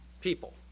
people